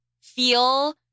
feel